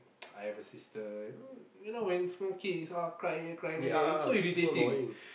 I have a sister you know you know when small kids all cry here cry there it's so irritating